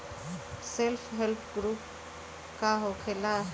Self help group का होखेला?